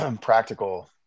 practical